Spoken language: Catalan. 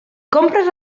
compres